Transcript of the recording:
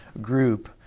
group